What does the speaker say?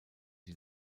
die